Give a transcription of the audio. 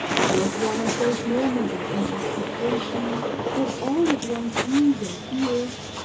it was one of those moments of intoxication when all that one sees and hears,